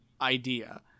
idea